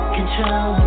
Control